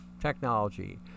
technology